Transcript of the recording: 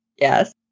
Yes